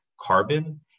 carbon